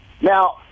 Now